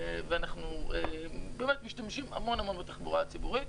ואנחנו משתמשים המון בתחבורה הציבורית,